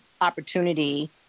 opportunity